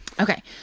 Okay